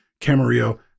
Camarillo